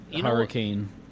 Hurricane